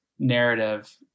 Narrative